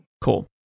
Cool